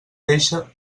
deixa